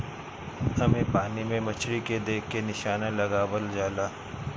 एमे पानी में मछरी के देख के निशाना लगावल जाला